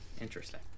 Interesting